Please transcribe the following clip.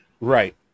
Right